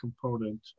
component